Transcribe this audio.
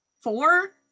four